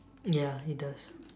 ya it does